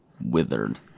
withered